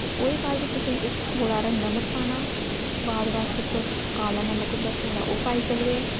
ते ओह्दे बाद बिच तुसें थोह्ड़ा हारा नमक पाना स्वाद आस्तै काला नमक होंदा ऐ थोह्ड़ा ओह् पाई सकदे